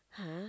!huh!